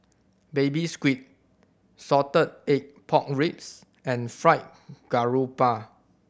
Baby Squid salted egg pork ribs and Fried Garoupa